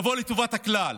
יבוא לטובת הכלל.